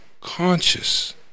conscious